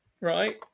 Right